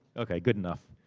okay, good enough.